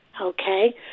Okay